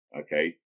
okay